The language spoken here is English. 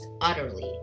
utterly